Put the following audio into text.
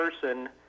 person